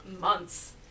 months